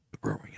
growing